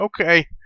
okay